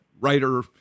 writer